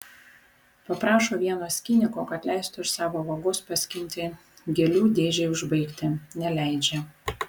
paprašo vieno skyniko kad leistų iš savo vagos paskinti gėlių dėžei užbaigti neleidžia